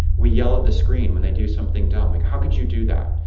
we yell at the screen when they do something dumb, like how could you do that?